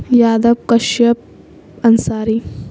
Yadav Kashyap Ansari